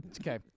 Okay